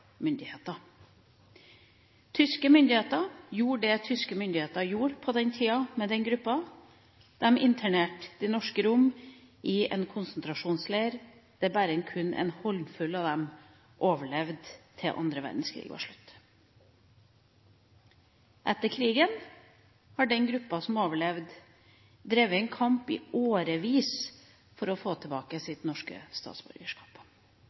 myndigheter gjorde det som tyske myndigheter gjorde på den tida: De internerte de norske romene i en konsentrasjonsleir, og bare en håndfull av dem overlevde ved annen verdenskrigs slutt. Etter krigen har den gruppa som overlevde, drevet en kamp i årevis for å få tilbake sitt norske statsborgerskap.